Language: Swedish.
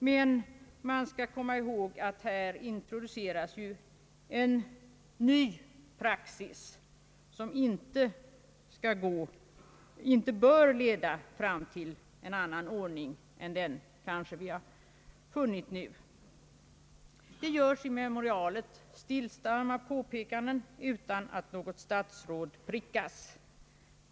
Man skall emellertid komma ihåg att här introduceras en ny praxis för granskningsarbetet. Det görs i memorialet stillsamma påpekanden utan att något statsråd prickas.